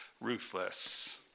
ruthless